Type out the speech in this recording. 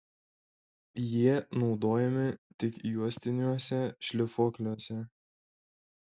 jie naudojami tik juostiniuose šlifuokliuose